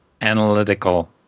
analytical